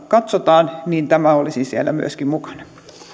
katsotaan niin tämä olisi siellä myöskin mukana